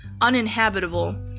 uninhabitable